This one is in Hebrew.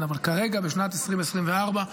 אבל כרגע, בשנת 2024,